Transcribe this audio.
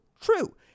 true